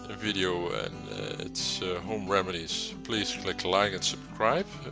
video and it's home remedies please click like and subscribe.